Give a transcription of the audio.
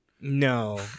No